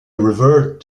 revered